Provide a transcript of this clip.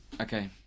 Okay